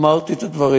אמרתי את הדברים.